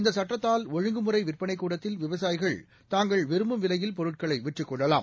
இந்த சுட்டத்தால் ஒழுங்குமுறை விற்பனைக் கூடத்தில் விவசாயிகள் தாங்கள் விரும்பும் விலையில் பொருட்களை விற்றுக்கொள்ளலாம்